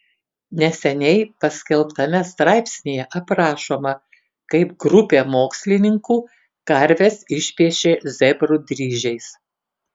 neseniai paskelbtame straipsnyje aprašoma kaip grupė mokslininkų karves išpiešė zebrų dryžiais